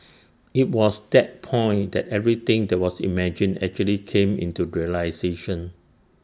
IT was that point that everything that was imagined actually came into realisation